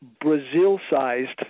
Brazil-sized